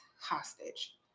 hostage